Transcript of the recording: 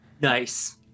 Nice